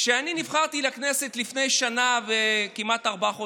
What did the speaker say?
כשאני נבחרתי לכנסת לפני שנה וכמעט ארבעה חודשים,